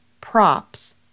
props